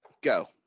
go